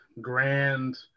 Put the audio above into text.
grand